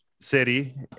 city